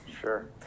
Sure